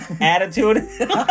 attitude